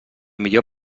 millor